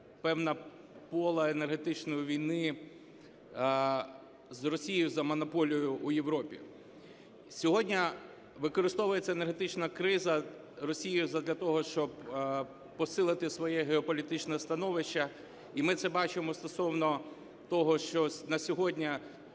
певне поле енергетичної війни з Росією за монополію в Європі. Сьогодні використовуються енергетична криза Росією задля того, щоб посилити своє геополітичне становище. І ми це бачимо стосовно того, що на сьогодні